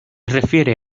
refiere